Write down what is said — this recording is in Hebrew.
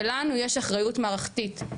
ולנו יש אחריות מערכתית,